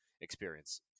experience